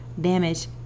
damage